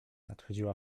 nadchodziła